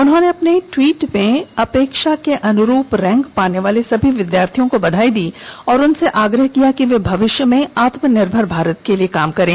उन्होंने अपने कई टवीट में अपनी अपेक्षा को अनरूप रैंक पाने वाले सभी विद्यार्थियों को भी बधाई दी और उनसे आग्रह किया है कि वे भविष्य में आत्मनिर्भर भारत के लिए काम करें